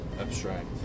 abstract